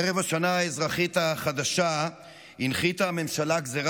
ערב השנה האזרחית החדשה הנחיתה הממשלה גזרה